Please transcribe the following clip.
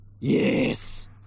yes